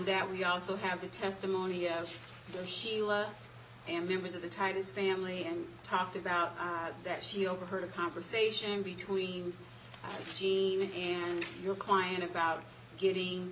that we also have the testimony of oshima and members of the titus family and talked about that she overheard a conversation between gene and your client about getting